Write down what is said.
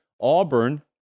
Auburn